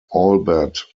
albert